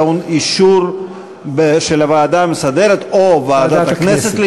אישור הוועדה המסדרת או ועדת הכנסת,